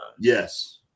Yes